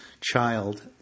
child